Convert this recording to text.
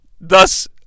thus